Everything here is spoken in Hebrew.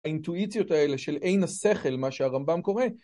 האינטואיציות האלה של "אין השכל" מה שהרמב״ם קורא.